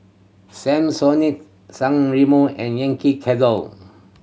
Samsonite San Remo and Yankee Candle